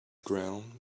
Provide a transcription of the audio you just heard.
ground